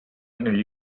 negli